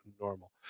normal